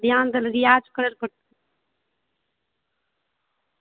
सिखाय देबो थोड़ा वक्त दै लेऽ पड़तौ थोड़ा धियान रियाज करय लेऽ पड़तौ